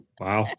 wow